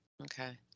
Okay